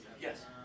Yes